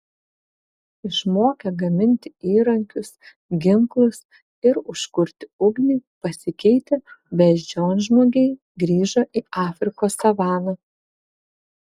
išmokę gaminti įrankius ginklus ir užkurti ugnį pasikeitę beždžionžmogiai grįžo į afrikos savaną